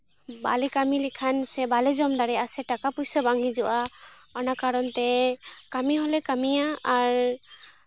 ᱵᱟᱞᱮ ᱠᱟᱹᱢᱤ ᱞᱮᱠᱷᱟᱱ ᱥᱮ ᱵᱟᱞᱮ ᱡᱚᱢ ᱫᱟᱲᱮᱭᱟᱜᱼᱟ ᱥᱮ ᱴᱟᱠᱟ ᱯᱚᱭᱥᱟ ᱵᱟᱝ ᱦᱤᱡᱩᱜᱼᱟ ᱚᱱᱟ ᱠᱟᱨᱚᱱ ᱛᱮ ᱠᱟᱹᱢᱤ ᱦᱚᱸᱞᱮ ᱠᱟᱹᱢᱤᱭᱟ ᱟᱨ